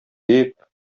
дип